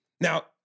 now